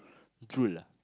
true lah